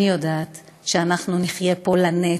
אני יודעת שאנחנו נחיה פה לנצח.